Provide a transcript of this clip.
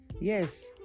Yes